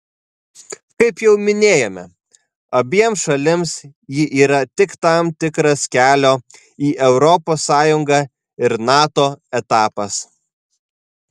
kaip jau minėjome abiem šalims ji yra tik tam tikras kelio į europos sąjungą ir nato etapas